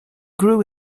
grew